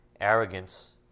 Arrogance